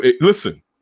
Listen